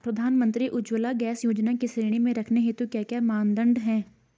प्रधानमंत्री उज्जवला गैस योजना की श्रेणी में रखने हेतु क्या क्या मानदंड है?